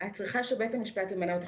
את צריכה שבית המשפט ימנה אותך.